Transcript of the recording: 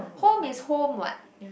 home is home what